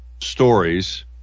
stories